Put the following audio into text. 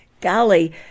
Golly